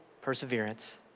perseverance